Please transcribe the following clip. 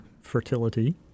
fertility